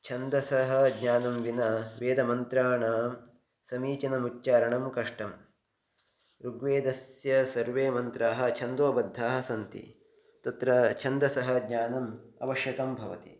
छन्दसः ज्ञानं विना वेदमन्त्राणां समीचीनमुच्चारणं कष्टं ऋग्वेदस्य सर्वे मन्त्राः छन्दोबद्धाः सन्ति तत्र छन्दसः ज्ञानम् आवश्यकं भवति